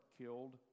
killed